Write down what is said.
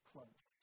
Close